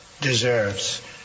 deserves